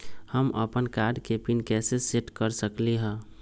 हम अपन कार्ड के पिन कैसे सेट कर सकली ह?